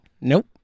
Nope